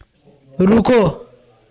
रुको